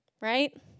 Right